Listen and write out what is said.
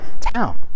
town